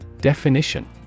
definition